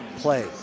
play